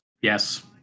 Yes